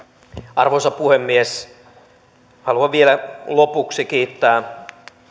arvoisa puhemies haluan vielä lopuksi kiittää